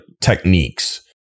techniques